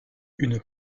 une